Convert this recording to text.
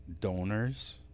donors